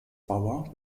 bauer